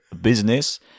business